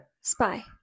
Spy